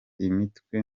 imitwe